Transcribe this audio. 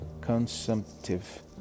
consumptive